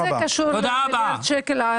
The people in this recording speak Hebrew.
מה זה קשור למיליארד שקל לערבים?